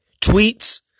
Tweets